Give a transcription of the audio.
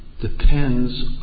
depends